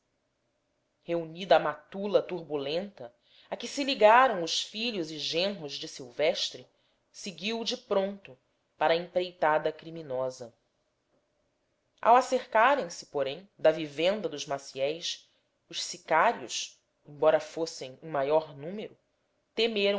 a matula turbulenta a que se ligaram os filhos e genros de silvestre seguiu de pronto para a empreitada criminosa ao acercarem se porém da vivenda dos maciéis os sicários embora fossem em maior número